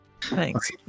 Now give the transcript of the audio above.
Thanks